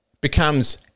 becomes